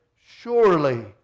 surely